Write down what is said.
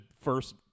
first